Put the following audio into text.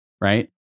right